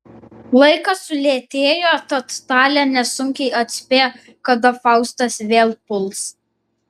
laikas sulėtėjo tad talė nesunkiai atspėjo kada faustas vėl puls